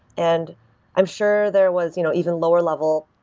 and i'm sure there was you know even lower level,